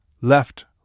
left